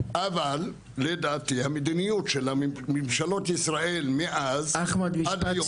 אבל לדעתי המדיניות של ממשלות ישראל מאז ועד היום